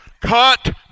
cut